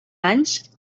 anys